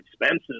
expensive